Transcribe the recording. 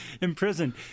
Imprisoned